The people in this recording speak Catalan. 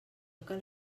cal